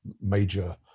major